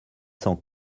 sans